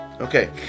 Okay